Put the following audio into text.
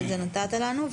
ואת זה נתת לנו.